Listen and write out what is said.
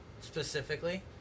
specifically